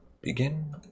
begin